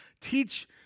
teach